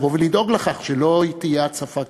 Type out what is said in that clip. לבוא ולדאוג לכך שלא תהיה הצפה כזאת.